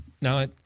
No